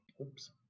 Oops